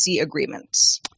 agreements